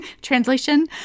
Translation